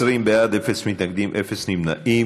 20 בעד, אין מתנגדים, אין נמנעים.